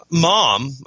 mom